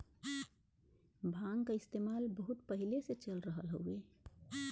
भांग क इस्तेमाल बहुत पहिले से चल रहल हउवे